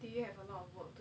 I